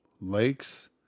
Lakes